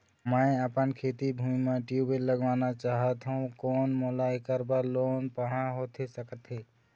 मैं अपन खेती भूमि म ट्यूबवेल लगवाना चाहत हाव, कोन मोला ऐकर बर लोन पाहां होथे सकत हे?